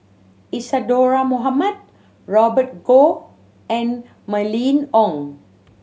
Isadhora Mohamed Robert Goh and Mylene Ong